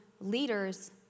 leaders